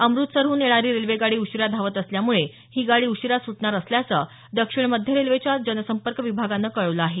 अम़तसरहून येणारी रेल्वेगाडी उशिरा धावत असल्याम़ुळे ही गाडी उशिरा स़ुटणार असल्याचं दक्षिण मध्य रेल्वेच्या जनसंपर्क विभागानं कळवलं आहे